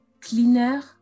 cleaner